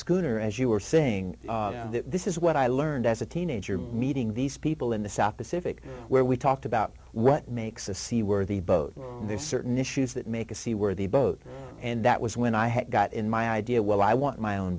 scooter as you were saying this is what i learned as a teenager meeting these people in the south pacific where we talked about what makes a sea worthy boat there's certain issues that make a sea worthy boat and that was when i had got in my idea well i want my own